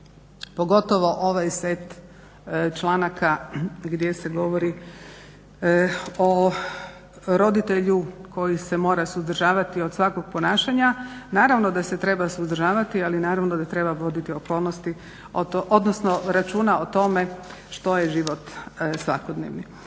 pogotovo ovaj set članaka gdje se govori o roditelju koji se mora suzdržavati od svakog ponašanja, naravno da se treba suzdržavati ali naravno da treba voditi okolnosti odnosno računa o tome što je život svakodnevni.